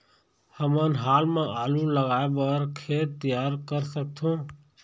हमन हाल मा आलू लगाइ बर खेत तियार कर सकथों?